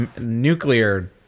nuclear